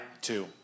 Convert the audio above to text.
two